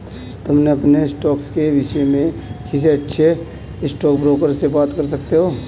तुम अपने स्टॉक्स के विष्य में किसी अच्छे स्टॉकब्रोकर से बात कर सकते हो